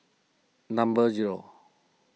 number zero